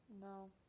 no